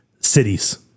cities